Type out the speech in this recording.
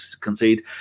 concede